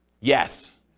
Yes